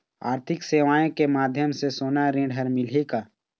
आरथिक सेवाएँ के माध्यम से सोना ऋण हर मिलही का?